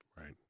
right